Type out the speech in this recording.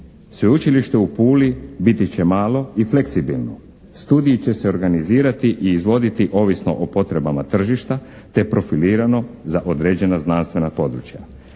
Sveučilište u Puli biti će malo i fleksibilno. Studiji će se organizirati i izvoditi ovisno o potrebama tržišta, te profilirano za određena znanstvena područja.